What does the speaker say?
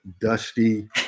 dusty